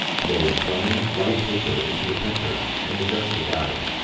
load plain, white paper into the printer and adjust the guide.